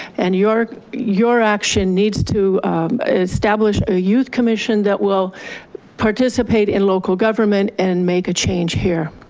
and your your action needs to establish a youth commission that will participate in local government and make a change here.